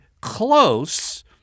close